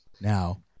Now